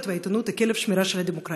והעיתונות הן כלב השמירה של הדמוקרטיה.